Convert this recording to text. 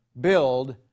build